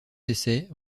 essais